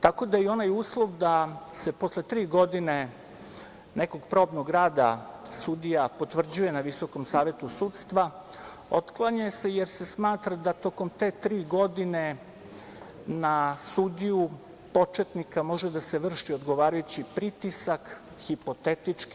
Tako da i onaj uslov da se posle tri godine nekog probnog rada sudija potvrđuje na Visokom savetu sudstva otklanja se, jer se smatra da tokom te tri godine na sudiju početnika može da se vrši odgovarajući pritisak, hipotetički.